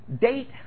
date